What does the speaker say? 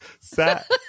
sat